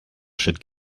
should